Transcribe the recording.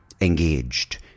engaged